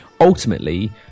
ultimately